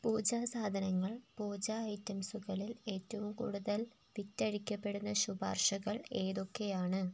പൂജാ സാധനങ്ങൾ പൂജാ ഐറ്റംസുകളിൽ ഏറ്റവും കൂടുതൽ വിറ്റഴിക്കപ്പെടുന്ന ശുപാർശകൾ ഏതൊക്കെയാണ്